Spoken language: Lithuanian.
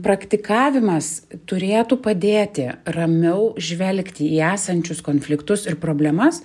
praktikavimas turėtų padėti ramiau žvelgti į esančius konfliktus ir problemas